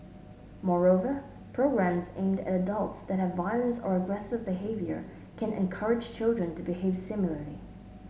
moreover programmes aimed at adults that have violence or aggressive behaviour can encourage children to behave similarly